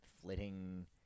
Flitting